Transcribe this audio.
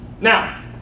Now